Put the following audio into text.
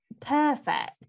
perfect